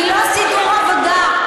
היא לא סידור עבודה.